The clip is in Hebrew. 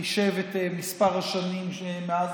חישב את מספר השנים מאז